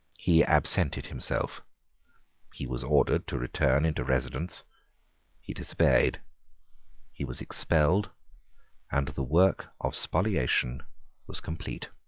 he absented himself he was ordered to return into residence he disobeyed he was expelled and the work of spoliation was complete.